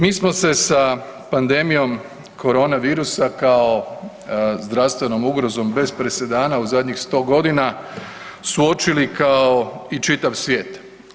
Mi smo se sa pandemijom korona virusa kao zdravstvenom ugrozom bez presedana u zadnjih 100 godina suočili kao i čitav svijet.